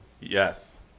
Yes